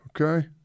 Okay